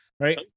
Right